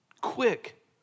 quick